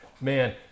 man